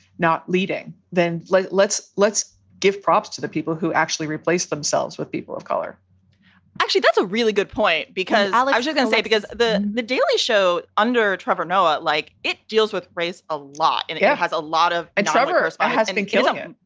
not leading. then like let's let's give props to the people who actually replace themselves with people of color actually, that's a really good point, because ah like you can say because the the daily show under trevor noah, like it deals with race a lot and it yeah has a lot of ah travelers. but has it been killing?